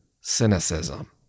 cynicism